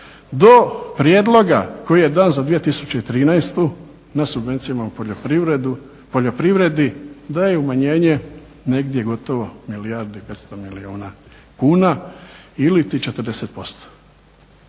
do prijedloga koji je dan za 2013. na subvencijama na poljoprivredi da je umanjenje negdje gotovo milijardu i 500 milijuna kuna iliti 40%.